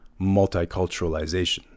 multiculturalization